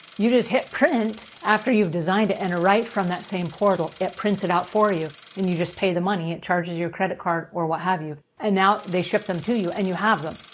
you just hit print after you've designed it and right from that same portal, it prints it out for you and you just pay the money. it charges your credit card, or what have you, and now they ship them to you, and you have them.